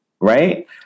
right